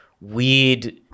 weird